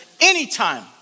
anytime